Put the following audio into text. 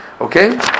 okay